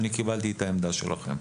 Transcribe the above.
אני קיבלתי את העמדה שלכם.